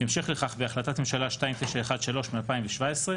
המשך לכך בהחלטת ממשלה 2913 מ-2017,